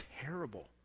terrible